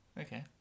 Okay